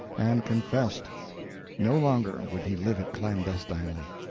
and confessed no longer would he live it clandestinely,